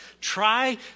Try